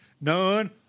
none